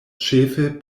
ĉefe